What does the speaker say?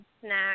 snacks